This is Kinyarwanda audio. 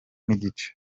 nigice